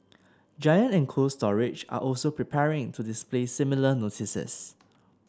Giant and Cold Storage are also preparing to display similar notices